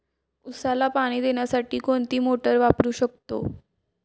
उसाला पाणी देण्यासाठी कोणती मोटार वापरू शकतो?